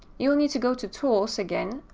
you will need to go to tools again.